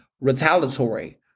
retaliatory